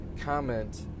comment